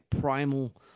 primal